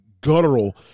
guttural